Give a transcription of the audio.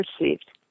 received